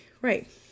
right